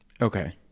Okay